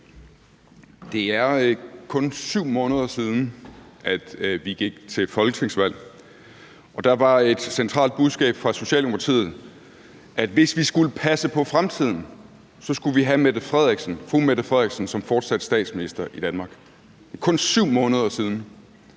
Det er kun 7 måneder siden, at vi gik til folketingsvalg, og der var et centralt budskab fra Socialdemokratiet, at hvis vi skulle passe på fremtiden, skulle vi fortsat have fru Mette Frederiksen som statsminister i Danmark. Det er kun 7 måneder siden.